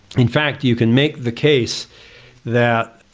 in fact, you can make the case that,